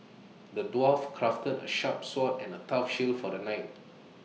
the dwarf crafted A sharp sword and A tough shield for the knight